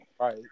Right